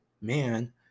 man